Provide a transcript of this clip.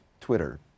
Twitter